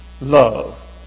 love